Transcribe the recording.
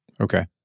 Okay